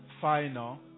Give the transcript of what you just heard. final